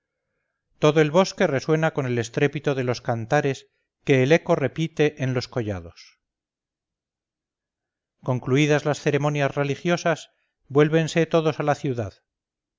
todo el bosque resuena con el estrépito de los cantares que el eco repite en los collados concluidas las ceremonias religiosas vuélvense todos a la ciudad